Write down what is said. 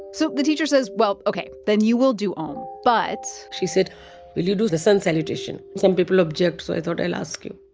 so the teacher says, well, ok then you will do om. but. she said, will you do the sun salutation? some people object, so i thought i'll ask you